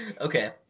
Okay